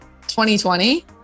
2020